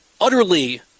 utterly